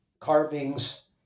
carvings